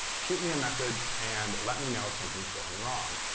shoot me a message and let me know if something's going wrong.